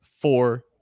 four